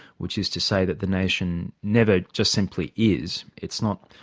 which is to say that the nation never just simply is, it's not